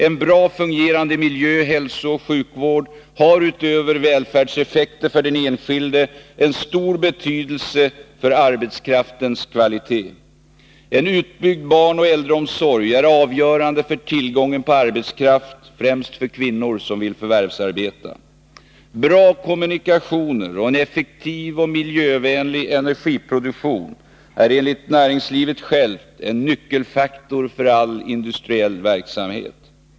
En bra fungerande miljö-, hälsooch sjukvård har utöver välfärdseffekter för den enskilde en stor betydelse för arbetskraftens kvalitet. En utbyggd barnoch äldreomsorg är avgörande för tillgången på arbetskraft, främst när det gäller kvinnor som vill förvärvsarbeta. Bra kommunikationer och en effektiv och miljövänlig energiproduktion är enligt näringslivet självt nyckelfaktorer för all industriell verksamhet.